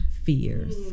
fears